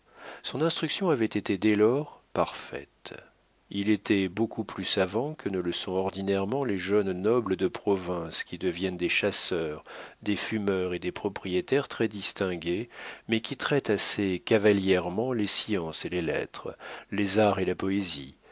son instruction avait été dès lors parfaite il était beaucoup plus savant que ne le sont ordinairement les jeunes nobles de province qui deviennent des chasseurs des fumeurs et des propriétaires très distingués mais qui traitent assez cavalièrement les sciences et les lettres les arts et la poésie